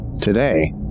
Today